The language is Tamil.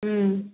ம்